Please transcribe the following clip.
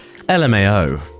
lmao